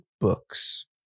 books